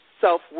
self